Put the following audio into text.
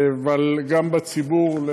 אבל גם בציבור,